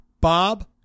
bob